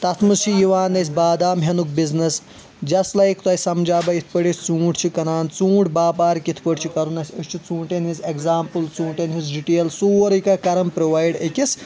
تتھ منٛز چھُ یِوان اسہِ بادام ہیٚنُک بِزنس جسٹ لایِک تۄہہِ سمجاوٕ بہٕ یتھ پٲٹھۍ أسۍ ژوٗنٹھ چھِ کٕنان ژوٗنٹھ باپار کتھ پٲٹھۍ چھُ کرن اسہِ أسۍ چھِ ژوٗنٹٮ۪ن ہِنٛز ایٚگزامپٕل ژوٗنٛٹٮ۪ن ہِنٛز ڈِٹیل سورے کینٛہہ کران پروایٚڈ أکِس